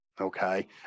Okay